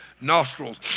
nostrils